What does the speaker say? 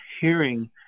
hearing